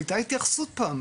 הייתה התייחסות פעם,